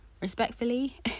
respectfully